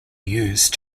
used